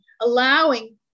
allowing